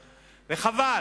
וחבל.